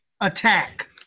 attack